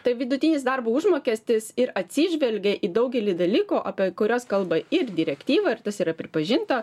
tai vidutinis darbo užmokestis ir atsižvelgia į daugelį dalykų apie kuriuos kalba ir direktyva ir tas yra pripažinta